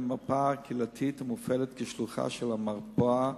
מרפאה קהילתית המופעלת כשלוחה של המרפאה